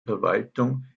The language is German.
verwaltung